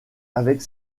avec